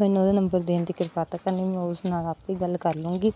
ਮੈਨੂੰ ਉਹਦਾ ਨੰਬਰ ਦੇਣ ਦੀ ਕਿਰਪਾਲਤਾ ਕਰਨੀ ਮੈਂ ਉਸ ਨਾਲ ਆਪੇ ਗੱਲ ਕਰ ਲੂੰਗੀ